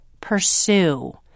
pursue